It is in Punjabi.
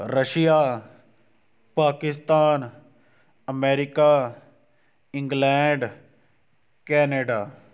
Russia Pakistan America England Canada